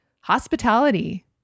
hospitality